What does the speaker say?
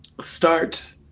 start